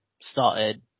started